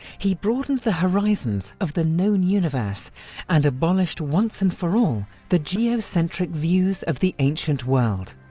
he broadened the horizons of the known universe and abolished once and for all the geocentric views of the ancient world.